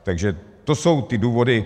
Takže to jsou ty důvody.